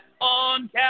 on